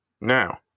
Now